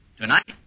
Tonight